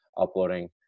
uploading